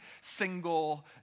single